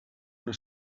una